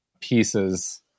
pieces